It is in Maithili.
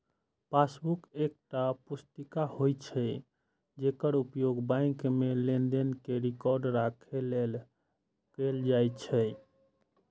पासबुक एकटा पुस्तिका होइ छै, जेकर उपयोग बैंक मे लेनदेन के रिकॉर्ड राखै लेल कैल जाइ छै